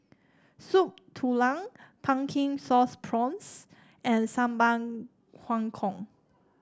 Soup Tulang Pumpkin Sauce Prawns and Sambal Kangkong